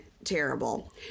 Terrible